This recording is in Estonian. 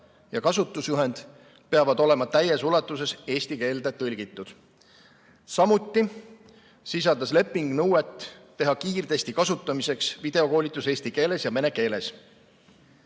ja kasutusjuhend peavad olema täies ulatuses eesti keelde tõlgitud. Samuti sisaldas leping nõuet teha kiirtesti kasutamiseks videokoolitus eesti keeles ja vene keeles.